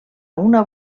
una